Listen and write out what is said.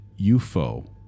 ufo